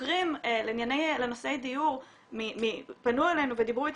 חוקרים לנושאי דיור פנו אלינו ודיברו איתנו,